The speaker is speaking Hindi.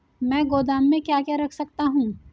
मैं गोदाम में क्या क्या रख सकता हूँ?